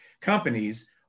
companies